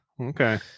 okay